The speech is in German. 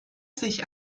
sich